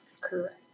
correct